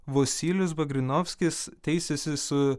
vosylius vagrinovskis teisėsi su